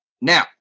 Now